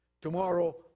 Tomorrow